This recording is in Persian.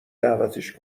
دعوتش